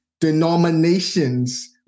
denominations